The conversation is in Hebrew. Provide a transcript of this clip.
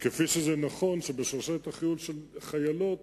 כפי שנכון שבשרשרת החיול של חיילות